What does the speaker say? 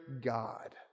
God